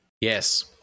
Yes